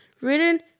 Written